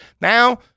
Now